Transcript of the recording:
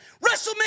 WrestleMania